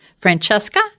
Francesca